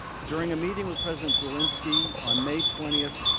during a meeting with president so linsky on may twenty,